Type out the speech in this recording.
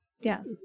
Yes